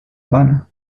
habana